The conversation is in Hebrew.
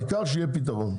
העיקר שיהיה פתרון.